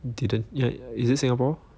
didn't ya is it Singapore